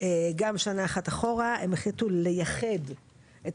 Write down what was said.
גם שנה אחת אחורה הם החליטו לייחד את